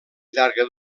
llarga